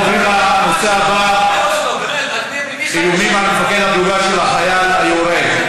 אנחנו עוברים לנושא הבא: איומים על מפקד הפלוגה של החייל היורה,